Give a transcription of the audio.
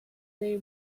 they